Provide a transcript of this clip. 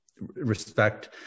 respect